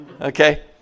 Okay